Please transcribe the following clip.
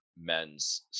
men's